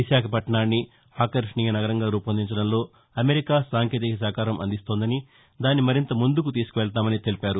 విశాఖపట్టణాన్ని ఆకర్షణీయ నగరంగా రూపొందించడంలో అమెరికా సాంకేతిక సహకారం అందిస్తోందని దాన్ని మరింత ముందుకు తీసుకువెళ్తామని తెలిపారు